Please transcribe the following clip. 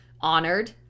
honored